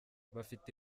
bafite